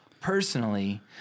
personally